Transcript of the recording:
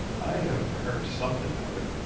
i have heard something of it.